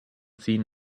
seen